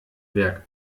werk